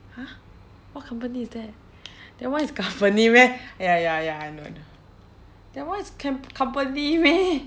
!huh! what company is that that one is company meh ya ya ya I know I know that one is com~ company meh